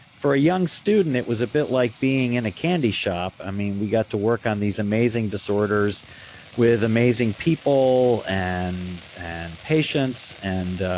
for a young student, it was a bit like being in a candy shop. we got to work on these amazing disorders with amazing people and and patients and